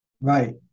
right